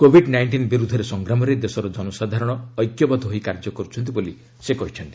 Covid nineteen ବିରୁଦ୍ଧରେ ସଂଗ୍ରାମରେ ଦେଶର ଜନସାଧାରଣ ଐକ୍ୟବଦ୍ଧ ହୋଇ କାର୍ଯ୍ୟ କରୁଛନ୍ତି ବୋଲି ସେ କହିଛନ୍ତି